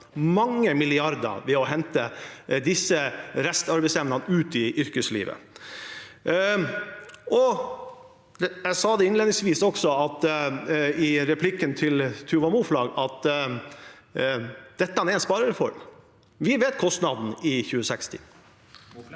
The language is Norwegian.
mange milliarder – ved å få de med restarbeidsevne ut i yrkeslivet. Jeg sa innledningsvis i replikken til Tuva Moflag at dette er en sparereform. Vi vet kostnaden i 2060. Tuva